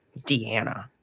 Deanna